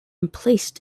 emplaced